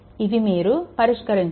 ఇవి మీరు పరిష్కరించండి